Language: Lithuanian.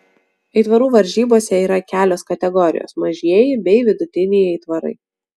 aitvarų varžybose yra kelios kategorijos mažieji bei vidutiniai aitvarai